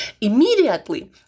Immediately